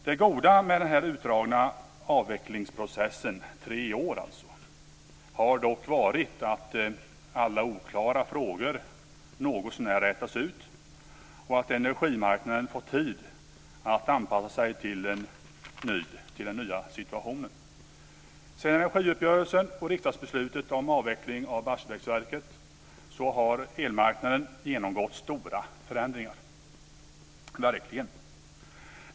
Det goda med den utdragna avvecklingsprocessen, tre år, har dock varit att alla oklara frågor någotsånär har rätats ut och att energimarknaden fått tid att anpassa sig till den nya situationen. Sedan energiuppgörelsen och riksdagsbeslutet om avveckling av Barsebäcksverket har elmarknaden genomgått verkligt stora förändringar.